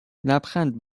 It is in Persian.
لبخند